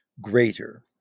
greater